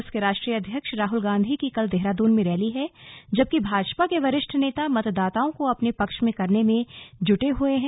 कांग्रेस के राष्ट्रीय अध्यक्ष राहुल गांधी की कल देहरादून में रैली है जबकि भाजपा के वरिष्ठ नेता मतदाताओं को अपने पक्ष में करने के लिए जुटे हुए हैं